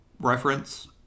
reference